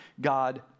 God